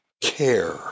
care